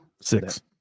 Six